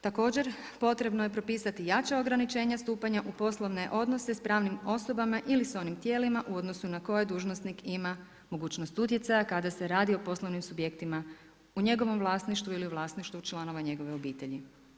Također, potrebno je popisati jačanja ograničenja stupanja u polovne odnose sa pravnim osobama ili sa onim tijelima u odnosu na koje dužnosnik ima mogućnost utjecaja kada se radi o poslovnim subjektima u njegovom vlasništvu ili u vlasništvu članova njegove obitelji.